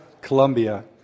Colombia